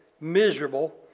miserable